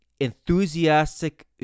enthusiastic